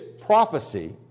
prophecy